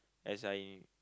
as I